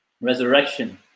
resurrection